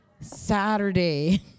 Saturday